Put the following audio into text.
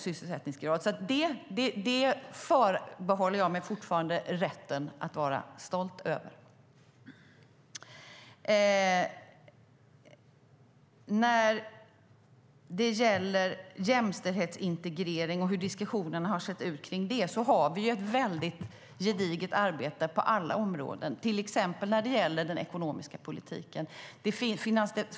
Det förbehåller jag mig rätten att vara stolt över. Så till jämställdhetsintegrering och hur diskussionen kring det har sett ut: Vi har ett väldigt gediget arbete på alla områden, till exempel när det gäller den ekonomiska politiken.